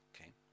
Okay